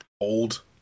Old